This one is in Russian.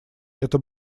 это